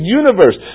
universe